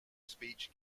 speech